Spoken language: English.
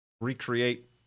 recreate